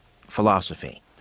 philosophy